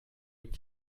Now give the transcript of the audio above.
dem